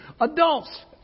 Adults